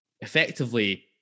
effectively